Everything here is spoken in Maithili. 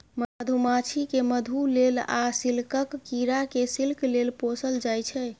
मधुमाछी केँ मधु लेल आ सिल्कक कीरा केँ सिल्क लेल पोसल जाइ छै